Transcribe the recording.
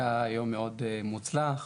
היה יום מאוד מוצלח,